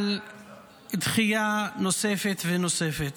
מדחייה נוספת ונוספת.